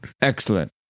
Excellent